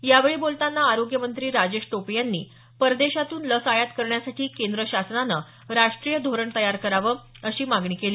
यावेळी बोलताना आरोग्य मंत्री राजेश टोपे यांनी परदेशातून लस आयात करण्यासाठी केंद्र शासनानं राष्ट्रीय धोरण तयार करावं अशी मागणी केली